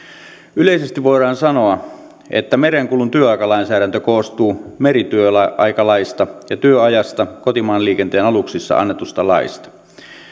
yleisesti voidaan sanoa että merenkulun työaikalainsäädäntö koostuu merityöaikalaista ja työajasta kotimaanliikenteen aluksissa annetusta laista